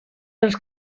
els